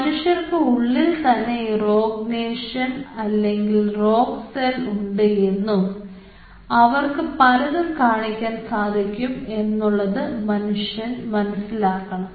മനുഷ്യർക്ക് ഉള്ളിൽ തന്നെ ഈ റോഗ് നേഷൻ അല്ലെങ്കിൽ റോഗ് സെൽ ഉണ്ട് എന്നും അവർക്ക് പലതും കാണിക്കാൻ സാധിക്കും എന്നുള്ളത് മനുഷ്യർ മനസ്സിലാക്കണം